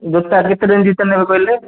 ଜୋତା କେତେ ରେଞ୍ଜ୍ ଭିତରେ ନେବେ କହିଲେ